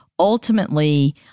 Ultimately